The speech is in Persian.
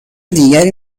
دیگری